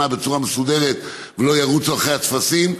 בצורה מסודרת ולא ירוצו אחרי הטפסים.